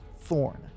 Thorn